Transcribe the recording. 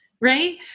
Right